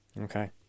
Okay